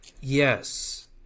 yes